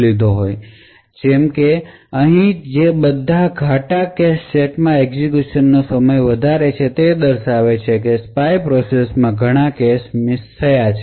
ઉદાહરણ તરીકે અહીં જે બધા ઘાટા કેશ સેટ્સમાં એક્ઝેક્યુશનનો સમય વધારે છે જે દર્શાવે છે કે સ્પાય પ્રોસેસ માં ઘણા કેશ મિસ થયા છે